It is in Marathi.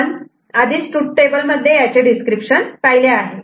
आपण आधीच तृथ टेबल मध्ये याचे डिस्क्रिप्शन पाहिले आहे